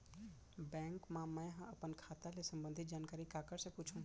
Bank मा मैं ह अपन खाता ले संबंधित जानकारी काखर से पूछव?